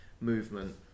movement